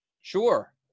Sure